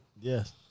Yes